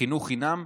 חינוך חינם,